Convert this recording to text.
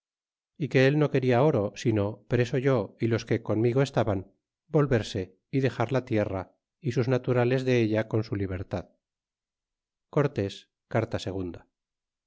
y que el no quena oro sino preso yo y los que conmigo estaban volverse y dexar a la tierra y sus naturales de ella con su libertad v cortéi carta